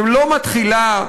שלא מתחילה,